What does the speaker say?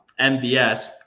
MVS